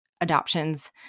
adoptions